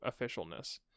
officialness